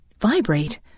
vibrate